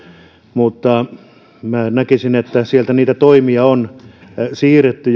mutta minä näkisin että sieltä niitä toimia on jo siirretty